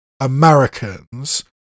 americans